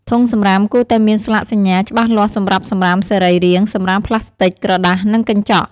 ធុងសំរាមគួរតែមានស្លាកសញ្ញាច្បាស់លាស់សម្រាប់សំរាមសរីរាង្គ សំរាមប្លាស្ទិក ក្រដាស និងកញ្ចក់។